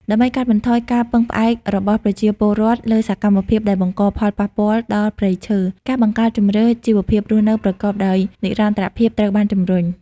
ដើម្បីកាត់បន្ថយការពឹងផ្អែករបស់ប្រជាពលរដ្ឋលើសកម្មភាពដែលបង្កផលប៉ះពាល់ដល់ព្រៃឈើ ការបង្កើតជម្រើសជីវភាពរស់នៅប្រកបដោយនិរន្តរភាពត្រូវបានជំរុញ។